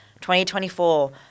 2024